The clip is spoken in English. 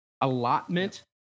allotment